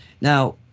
Now